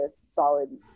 solid